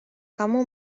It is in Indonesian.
kamu